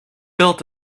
built